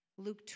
Luke